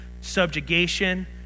subjugation